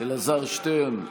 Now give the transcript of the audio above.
אלעזר שטרן,